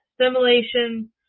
simulation